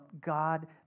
God